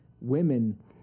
women